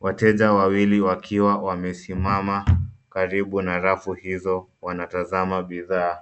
Wateja wawili wakiwa wamesimama karibu na rafu hizo wanatazama bidhaa.